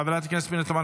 חברת הכנסת פנינה תמנו,